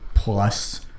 Plus